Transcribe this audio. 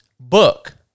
book